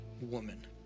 woman